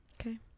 Okay